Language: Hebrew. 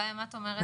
גאיה, מה את אומרת?